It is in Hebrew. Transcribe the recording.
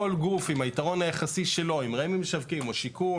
כל גוף עם היתרון היחסי שלו אם רמ"י משווקים או שיכון,